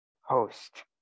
host